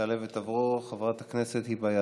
תעלה ותבוא חברת הכנסת היבה יזבֵק.